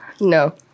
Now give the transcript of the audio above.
No